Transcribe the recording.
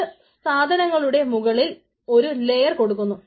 ഇത് സാധനങ്ങളുടെ മുകളിൽ ഒരു ലെയർ കൊടുക്കുന്നു